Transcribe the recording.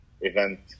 event